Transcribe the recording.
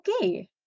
okay